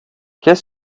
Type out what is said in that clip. qu’est